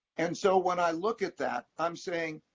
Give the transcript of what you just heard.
and so when i look at that, i'm saying,